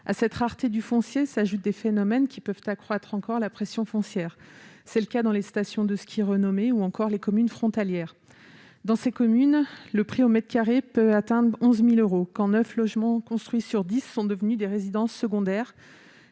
À cette rareté du foncier s'ajoutent des phénomènes qui peuvent encore accroître la pression foncière. C'est le cas dans les stations de ski renommées ou encore les communes frontalières. Dans ces zones, le prix du mètre carré constructible peut atteindre 11 000 euros. Quand neuf logements construits sur dix sont devenus des résidences secondaires,